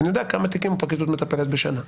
אני יודע בכמה תיקים הפרקליטות מטפלת בשנה,